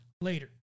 later